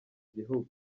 gihugu